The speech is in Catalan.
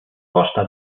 costa